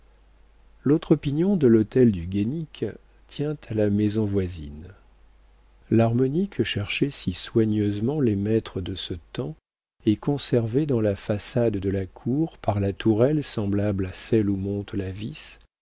l'autre pignon de l'hôtel du guaisnic tient à la maison voisine l'harmonie que cherchaient si soigneusement les maîtres de ce temps est conservée dans la façade de la cour par la tourelle semblable à celle où monte la vis